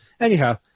Anyhow